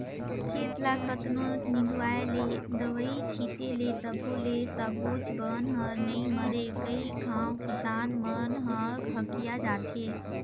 खेत ल कतनों निंदवाय ले, दवई छिटे ले तभो ले सबोच बन हर नइ मरे कई घांव किसान मन ह हकिया जाथे